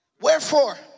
Wherefore